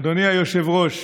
אדוני היושב-ראש,